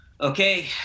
Okay